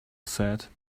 said